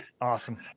Awesome